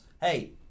hey